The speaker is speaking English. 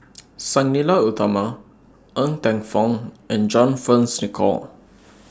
Sang Nila Utama Ng Teng Fong and John Fearns Nicoll